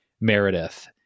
Meredith